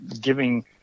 giving